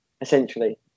essentially